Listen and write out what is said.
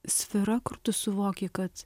sfera kur tu suvoki kad